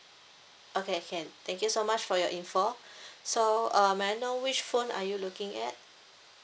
okay can thank you so much for your info so uh may I know which phone are you looking at